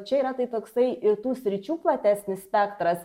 čia yra tai toksai į tų sričių platesnis spektras